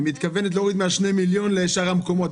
היא מתכוונת להוריד משני מיליון לשאר המקומות,